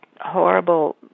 horrible